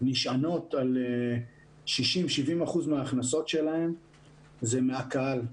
נשענות על 60%-70% מההכנסות שלהן מהקהל.